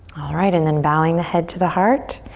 alright and then bowing the head to the heart.